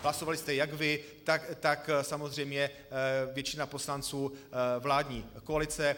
Hlasovali jste jak vy, tak samozřejmě většina poslanců vládní koalice.